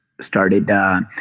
started